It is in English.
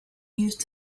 used